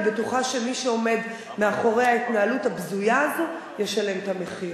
אני בטוחה שמי שעומד מאחורי ההתנהלות הבזויה הזאת ישלם את המחיר,